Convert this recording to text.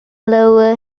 lower